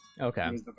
Okay